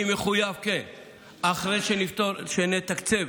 אני מחויב שאחרי שנתקצב,